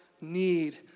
need